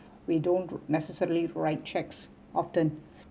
we don't necessarily write cheques often